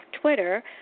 Twitter